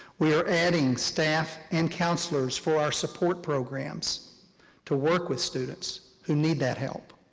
we are adding staff and counselors for our support programs to work with students who need that help.